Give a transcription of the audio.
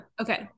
okay